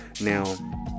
Now